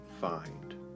find